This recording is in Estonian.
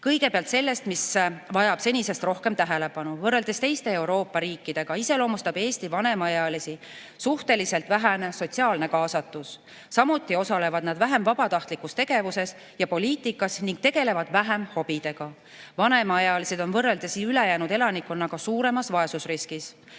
Kõigepealt sellest, mis vajab senisest rohkem tähelepanu. Võrreldes teiste Euroopa riikidega iseloomustab Eesti vanemaealisi suhteliselt vähene sotsiaalne kaasatus. Samuti osalevad nad vähem vabatahtlikus tegevuses ja poliitikas ning tegelevad vähem hobidega. Vanemaealised on võrreldes ülejäänud elanikkonnaga suuremas vaesusriskis.